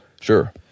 Sure